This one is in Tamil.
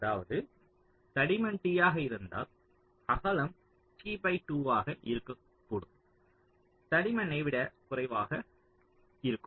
அதாவது தடிமன் t ஆக இருந்தால் அகலம் t பை 2 ஆக இருக்கக்கூடும் தடிமன்யை விட குறைவாகவும் இருக்கும்